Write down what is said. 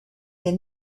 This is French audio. des